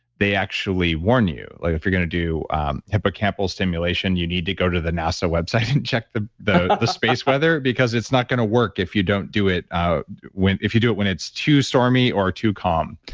they actually warn you like if you're going to do hippocampal stimulation, you need to go to the nasa website and check the the space weather because it's not going to work if you don't do it when. if you do it when it's too stormy or too calm.